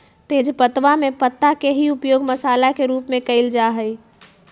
तेजपत्तवा में पत्ता के ही उपयोग मसाला के रूप में कइल जा हई